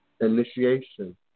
initiation